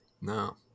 No